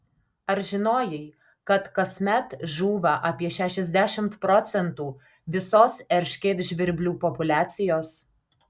ar žinojai kad kasmet žūva apie šešiasdešimt procentų visos erškėtžvirblių populiacijos